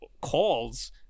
calls